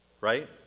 Right